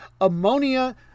Ammonia